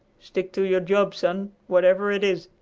stick to your job, son, whatever it is,